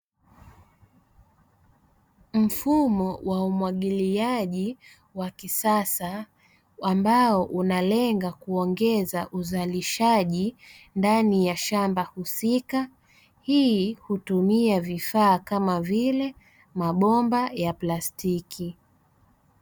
Mfumo wa umwagiliaji wa kisasa, ambao unalenga kuongeza uzalishaji ndani ya shamba husika, hii hutumia vifaa kama vile mabomba ya plastiki.